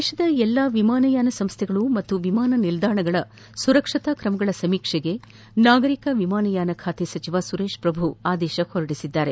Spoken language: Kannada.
ದೇಶದ ಎಲ್ಲಾ ವಿಮಾನಯಾನ ಸಂಸ್ಲೆಗಳು ಹಾಗೂ ವಿಮಾನ ನಿಲ್ಲಾಣಗಳ ಸುರಕ್ಷತಾ ಕ್ರಮಗಳ ಸಮೀಕ್ಷೆಗೆ ನಾಗರಿಕ ವಿಮಾನಯಾನ ಸಚಿವ ಸುರೇಶ್ ಪ್ರಭು ಆದೇಶಿಸಿದ್ದಾರೆ